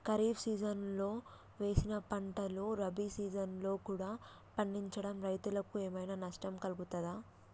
ఖరీఫ్ సీజన్లో వేసిన పంటలు రబీ సీజన్లో కూడా పండించడం రైతులకు ఏమైనా నష్టం కలుగుతదా?